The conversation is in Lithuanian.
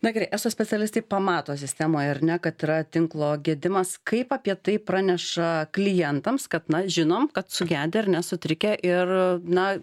na gerai eso specialistai pamato sistemoj ar ne kad yra tinklo gedimas kaip apie tai praneša klientams kad na žinom kad sugedę ar ne sutrikę ir na